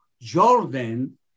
Jordan